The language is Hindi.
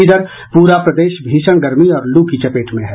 इधर पूरा प्रदेश भीषण गर्मी और लू की चपेट में हैं